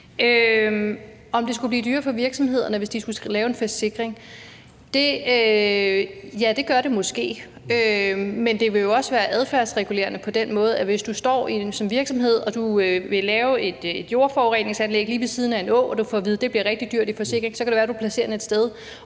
om det skulle blive dyrere for virksomhederne, hvis de skulle lave en forsikring, kan man sige, at ja, det gør det måske. Men det vil jo også være adfærdsregulerende på den måde, at hvis du står som virksomhed og vil lave et jordforureninganlæg lige ved siden af en å og får at vide, at det bliver rigtig dyrt i forsikring, så kan det være, du placerer den et andet